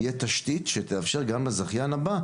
תהיה תשתית שתאפשר גם לזכיין הבא,